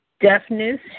deafness